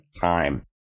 time